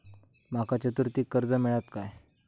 माका चतुर्थीक कर्ज मेळात काय?